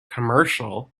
commercial